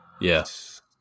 Yes